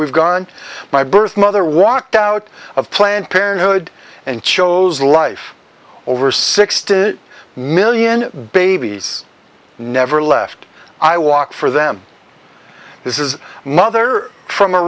we've gone my birthmother walked out of planned parenthood and chose life over sixty million babies never left i walk for them this is mother from a